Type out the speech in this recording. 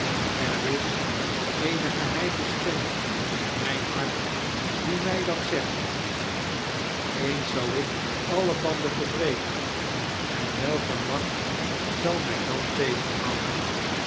er is eene geheime stem in mijn hart die mij dat zegt eens zal ik alle banden verbreken en welke macht zal mij dan tegenhouden